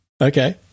Okay